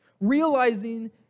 realizing